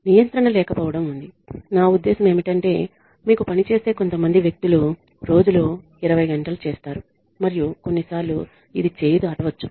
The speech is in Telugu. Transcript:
నియంత్రణ లేకపోవడం ఉంది నా ఉద్దేశ్యం ఏమిటంటే మీకు పని చేసే కొంతమంది వ్యక్తులు రోజులో 20 గంటలు చేస్తారు మరియు కొన్నిసార్లు ఇది చేయి దాటవచ్చు